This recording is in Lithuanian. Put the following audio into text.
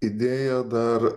idėja dar